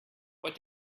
what